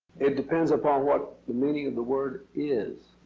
it depends upon what the meaning of the word is